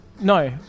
no